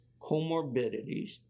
comorbidities